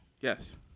Yes